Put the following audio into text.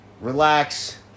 relax